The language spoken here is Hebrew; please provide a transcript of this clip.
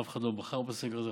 אף אחד לא בחר בסגר הזה,